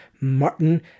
Martin